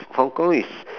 Hong-Kong is